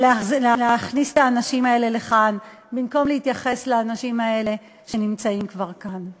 להכניס את האנשים האלה לכאן במקום להתייחס לאנשים האלה שנמצאים כבר כאן.